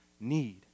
need